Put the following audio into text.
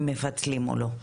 אם מפצלים או לא.